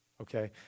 Okay